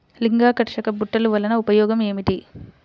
లింగాకర్షక బుట్టలు వలన ఉపయోగం ఏమిటి?